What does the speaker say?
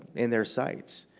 in their sights.